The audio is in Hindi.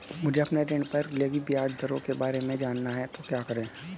मुझे अपने ऋण पर लगी ब्याज दरों के बारे में जानना है तो क्या करें?